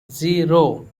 zero